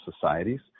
societies